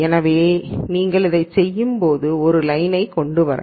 எனவே நீங்கள் அதைச் செய்யும் ஒரு லைனை க் கொண்டு வரலாம்